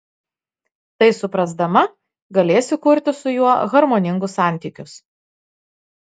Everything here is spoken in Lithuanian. tai suprasdama galėsi kurti su juo harmoningus santykius